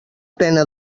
pena